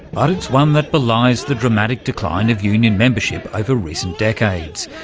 but it's one that belies the dramatic decline of union membership over recent decades.